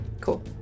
cool